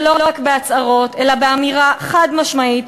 ולא רק בהצהרות אלא באמירה חד-משמעית,